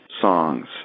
songs